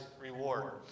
reward